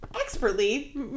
expertly